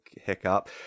hiccup